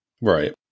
Right